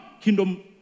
kingdom